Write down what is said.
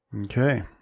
Okay